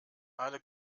alle